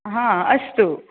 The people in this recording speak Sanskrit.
हा अस्तु